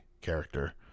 character